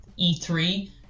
E3